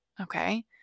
Okay